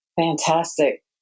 Fantastic